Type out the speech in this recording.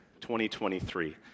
2023